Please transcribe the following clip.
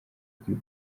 kuri